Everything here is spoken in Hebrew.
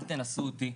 אל תנסו אותי,